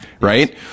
right